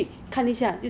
but they didn't know mah